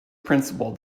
principal